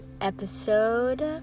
episode